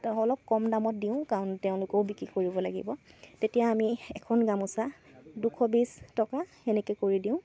অলপ কম দামত দিওঁ কাৰণ তেওঁলোকেও বিক্ৰী কৰিব লাগিব তেতিয়া আমি এখন গামোচা দুশ বিছ টকা সেনেকৈ কৰি দিওঁ